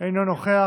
אינו נוכח.